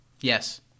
Yes